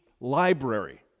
library